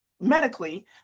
medically